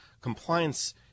Compliance